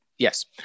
Yes